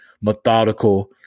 methodical